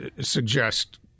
suggest